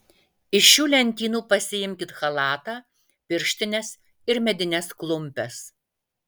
iš šių lentynų pasiimkit chalatą pirštines ir medines klumpes